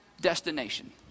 destination